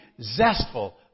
zestful